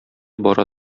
бара